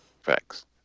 Facts